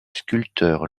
sculpteur